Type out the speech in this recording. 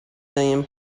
million